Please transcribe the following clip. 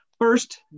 First